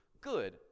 good